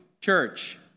church